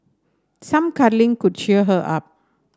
some cuddling could cheer her up